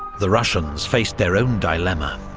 the russians faced their own dilemma.